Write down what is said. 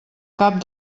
cap